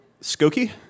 Skokie